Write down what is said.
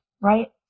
right